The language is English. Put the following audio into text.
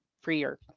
freer